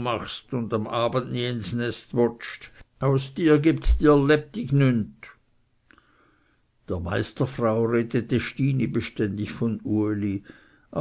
machst wennd am abe nie is nest wottst aus dir gibts dir lebetag nüt der meisterfrau redete stini beständig von uli